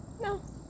No